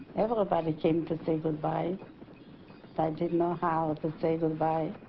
everybody came to say goodbye i didn't know how to say goodbye